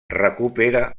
recupera